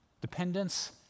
Dependence